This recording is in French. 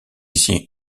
ici